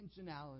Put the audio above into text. intentionality